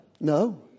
No